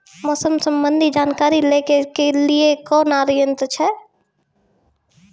मौसम संबंधी जानकारी ले के लिए कोनोर यन्त्र छ?